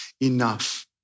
enough